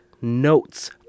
notes